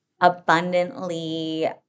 abundantly